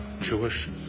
Jewish